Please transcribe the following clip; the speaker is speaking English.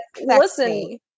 listen